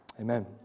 Amen